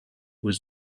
was